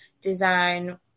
design